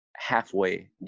halfway